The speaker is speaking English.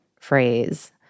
phrase